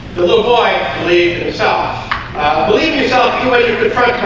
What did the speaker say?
the lavoie leave himself believe yourself to like